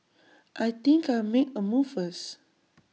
I think I'll make A move first